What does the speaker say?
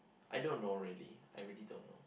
I don't know really I really don't know